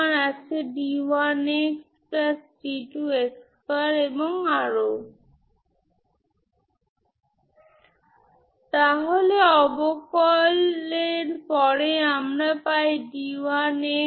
আমি আপনাকে 2 টি ডিফারেনশিয়াল ইকুয়েশনের 2 টি উদাহরণ দেব যা আপনি ইতিমধ্যে অধ্যয়ন করেছেন